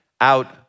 out